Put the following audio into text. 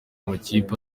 amakipe